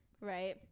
Right